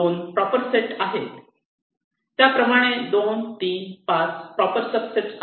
2 proper set आहे त्याचप्रमाणे 2 3 5 proper subset आहे